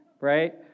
Right